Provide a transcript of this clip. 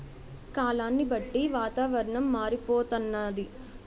కాలాన్ని బట్టి వాతావరణం మారిపోతన్నాది